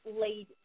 laid